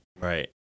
Right